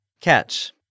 Catch